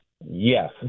Yes